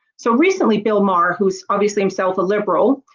so recently bill maher who's obviously himself a liberal,